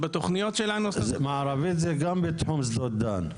גם בתחום שדות דן.